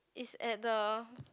is at the